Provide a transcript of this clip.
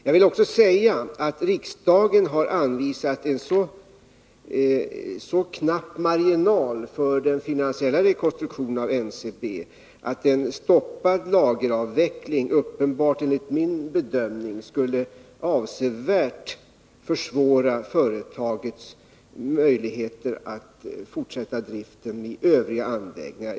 Jag vill också säga att riksdagen har anvisat en så knapp marginal för den finansiella rekonstruktionen av NCB att en stoppad lageravveckling uppenbart, enligt min bedömning, skulle avsevärt försvåra företagets möjligheter att fortsätta driften i övriga anläggningar.